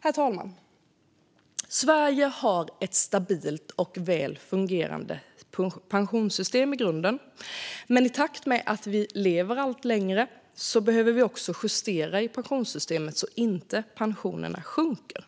Herr talman! Sverige har ett i grunden stabilt och väl fungerande pensionssystem. Men i takt med att vi lever allt längre behöver pensionssystemet justeras så att pensionerna inte sjunker.